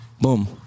boom